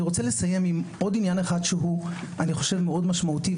אני רוצה לסיים עם עוד עניין אחד שהוא מאוד משמעותי,